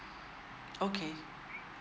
okay